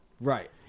Right